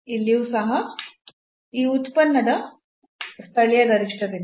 ಇಲ್ಲಿಯೂ ಸಹ ಈ ಉತ್ಪನ್ನದ ಸ್ಥಳೀಯ ಗರಿಷ್ಠವಿದೆ